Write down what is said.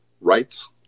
rights